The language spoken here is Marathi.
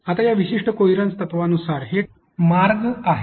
आता या विशिष्ट कोहिरन्स तत्त्वानुसार हे मार्ग आहेत